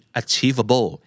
achievable